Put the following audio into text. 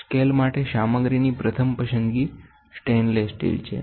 scale માટે સામગ્રીની પ્રથમ પસંદગી સ્ટેઈનલેસ સ્ટીલ છે